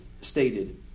stated